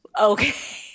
Okay